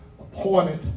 appointed